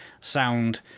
sound